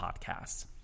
Podcasts